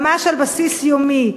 ממש על בסיס יומי,